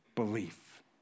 belief